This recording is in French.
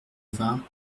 vingts